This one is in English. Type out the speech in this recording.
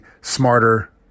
smarter